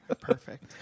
perfect